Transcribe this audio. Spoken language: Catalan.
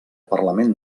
parlament